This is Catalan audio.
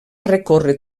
recórrer